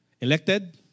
elected